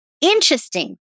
Interesting